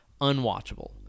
Unwatchable